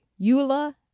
Eula